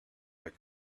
the